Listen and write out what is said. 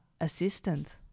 assistant